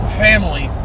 family